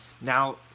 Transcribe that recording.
Now